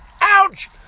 Ouch